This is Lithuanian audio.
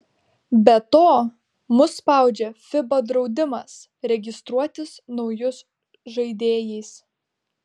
be to mus spaudžia fiba draudimas registruotis naujus žaidėjais